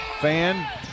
Fan